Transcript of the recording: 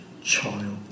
child